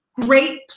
great